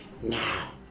now